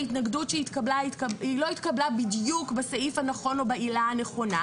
ההתנגדות שהתקבלה לא התקבלה בדיוק בסעיף הנכון או בעילה הנכונה,